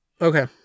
Okay